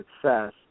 success